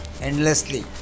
endlessly